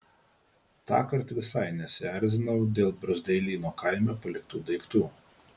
tąkart visai nesierzinau dėl bruzdeilyno kaime paliktų daiktų